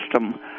system